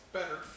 better